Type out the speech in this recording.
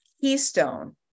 keystone